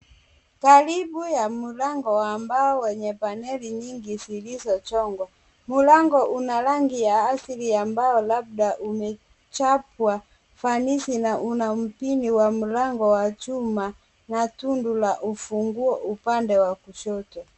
Karibu ya mlango wa mbao wenye paneli nyingi zilizochongwa. Mlango una rangi ya asili ya mbao labda umechapwa fanisi na una mpini wa mlango wa chum ana tundu la funguo upande wa kushoto.